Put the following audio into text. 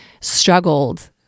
struggled